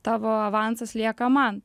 tavo avansas lieka man